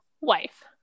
wife